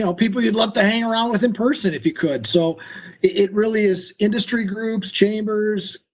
and people you'd love to hang around with in person if you could. so it really is industry groups, chambers,